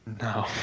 No